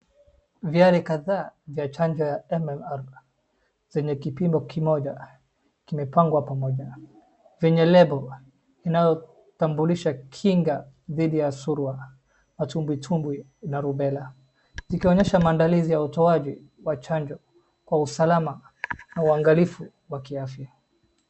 Vyare katha vya chanjo MMR zenye kipimo kimoja kimepangwa pamoja. Vinyelebu inautambulisha kinga dhidi ya surua atumbuitumbui na rubela. Zikionyesha mandalizi ya utowaji wachanjo. Kwa usalama na wangalifu wakiafi.